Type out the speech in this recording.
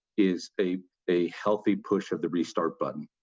is a a healthy push of the restart button.